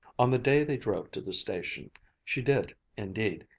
on the day they drove to the station she did, indeed,